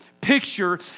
picture